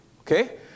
Okay